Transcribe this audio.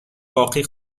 باقی